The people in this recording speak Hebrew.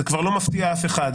זה כבר לא מפתיע אף אחד,